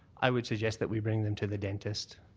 i would suggest that we bring them to the dentist.